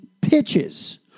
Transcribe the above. pitches